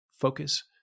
focus